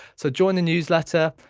so join the newsletter.